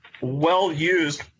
well-used